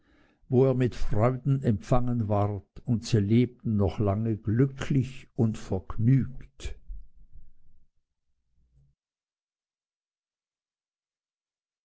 wo er mit freude empfangen ward und sie lebten noch lange glücklich und vergnügt